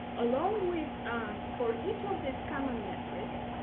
along with for each of these common metrics